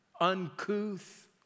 uncouth